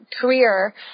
career